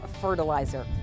fertilizer